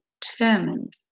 determined